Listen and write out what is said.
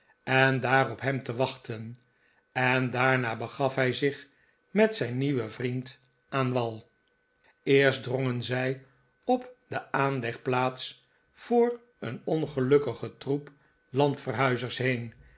en daar op hem te wachten en daarna begaf hij zich met zijn nieuwen vriend aan wal eerst drongen zij op de aanlegplaats door een ongelukkigen troep landverhuizers heen